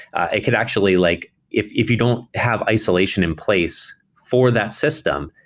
it could actually like if if you don't have isolation in place for that system,